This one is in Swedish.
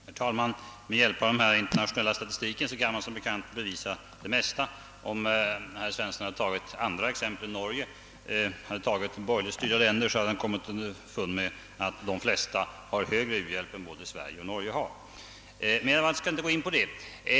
Herr talman! Med hjälp av den internationella statistiken kan man som bekant bevisa det mesta. Om herr Svensson i Kungälv hade tagit andra exempel än Norge i fråga om borgerligt styrda länder hade han kommit underfund med att de flesta har högre u-hjälp än både Sverige och Norge. Jag skall emellertid inte gå in på detta.